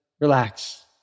relax